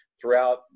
throughout